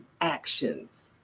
actions